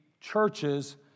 churches